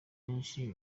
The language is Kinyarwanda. benshi